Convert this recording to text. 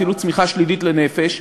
אפילו צמיחה שלילית לנפש,